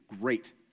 Great